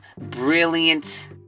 brilliant